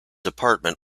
apartment